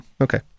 okay